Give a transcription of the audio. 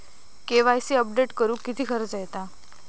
KYC update करुक किती खर्च येता?